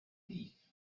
thief